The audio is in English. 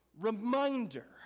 reminder